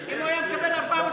אם הוא היה מקבל 400,000,